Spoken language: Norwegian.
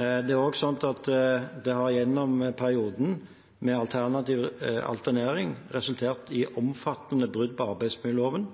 Det er også sånn at perioden med alternering har resultert i omfattende brudd på arbeidsmiljøloven,